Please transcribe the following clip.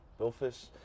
Billfish